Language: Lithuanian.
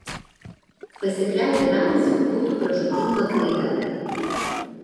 pasikliauti ramziu būtų pražūtinga klaida